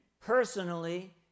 personally